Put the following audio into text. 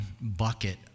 bucket